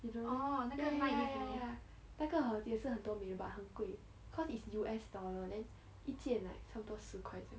you know yeah yeah ya ya ya 那个也是很多美的 but 很贵 cause its U_S dollars then 一件 like 差不多十块钱